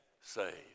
saved